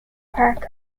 park